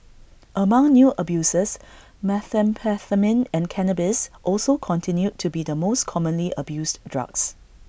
among new abusers methamphetamine and cannabis also continued to be the most commonly abused drugs